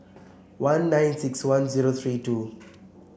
one nine six one zero three two